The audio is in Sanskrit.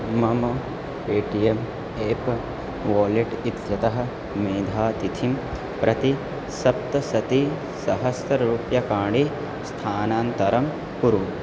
मम Paytm app wallet इत्यतः मेधातिथिं प्रति सप्तशत्सहस्ररूप्यकाणि स्थानान्तरं कुरु